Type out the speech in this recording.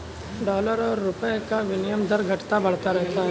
dollar और रूपए का विनियम दर घटता बढ़ता रहता है